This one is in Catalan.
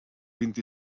vint